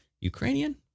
Ukrainian